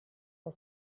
bei